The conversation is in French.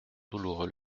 douloureux